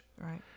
Right